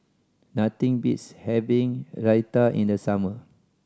nothing beats having Raita in the summer